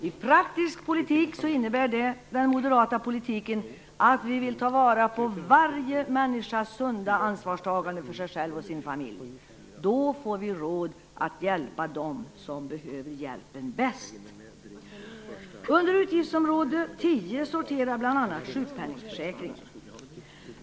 I praktisk politik innebär den moderata politiken att vi vill ta vara på varje människas sunda ansvarstagande för sig själv och sin familj. Då får vi råd att hjälpa dem som behöver hjälpen bäst. Under utgiftsområde 10 sorterar bl.a. sjukpenningförsäkringen.